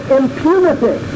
impunity